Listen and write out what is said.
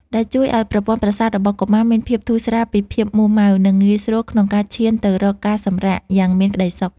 ដែលជួយឱ្យប្រព័ន្ធប្រសាទរបស់កុមារមានភាពធូរស្រាលពីភាពមួរម៉ៅ និងងាយស្រួលក្នុងការឈានទៅរកការសម្រាកយ៉ាងមានក្ដីសុខ។